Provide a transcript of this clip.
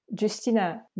Justina